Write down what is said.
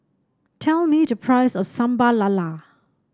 tell me the price of Sambal Lala